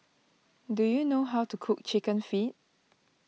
do you know how to cook Chicken Feet